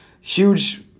Huge